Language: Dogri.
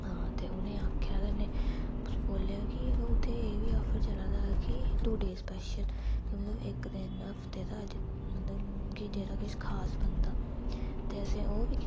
हां ते उ'नें आखेआ कन्नै उस बोलेआ कि उत्थै एह् बी आफर चला दा हा कि टूडे स्पेशल क्योंकि इक दिन हफ्ते दा मतलब कि जेह्ड़ा किश खास बनंदा ते असें ओह् बी